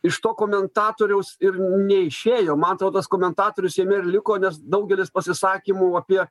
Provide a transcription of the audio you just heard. iš to komentatoriaus ir neišėjo man atrodo tas komentatorius jame ir liko nes daugelis pasisakymų apie